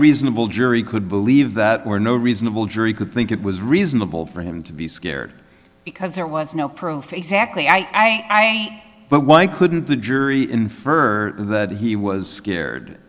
reasonable jury could believe that were no reasonable jury could think it was reasonable for him to be scared because there was no proof exactly i but why couldn't the jury infer that he was scared